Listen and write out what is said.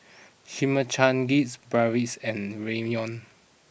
Chimichangas Bratwurst and Ramyeon